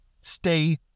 stay